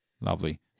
Lovely